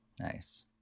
Nice